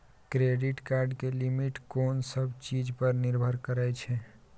Credit card के limit कोन सब चीज पर निर्भर करै छै?